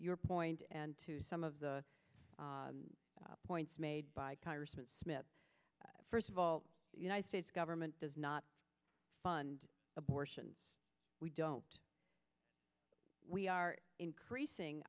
your point and to some of the points made by congressman smith first of all the united states government does not fund abortions we don't we are increasing